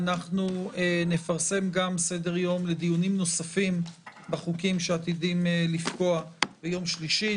נפרסם גם סדר יום לדיונים נוספים בחוקים שעתידים לפקוע ביום שלישי.